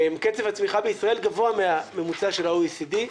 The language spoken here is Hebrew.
קצב הצמיחה בישראל גבוה מהממוצע של ה-OECD,